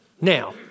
Now